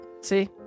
See